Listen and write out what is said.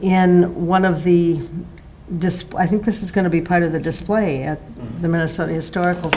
in one of the display i think this is going to be part of the display at the minnesota historical